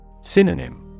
Synonym